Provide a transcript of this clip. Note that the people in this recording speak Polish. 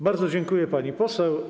Bardzo dziękuję, pani poseł.